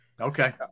Okay